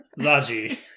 Zaji